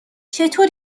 چطور